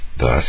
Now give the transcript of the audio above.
Thus